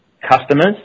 customers